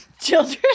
Children